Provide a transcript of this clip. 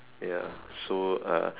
ya so uh